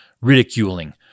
ridiculing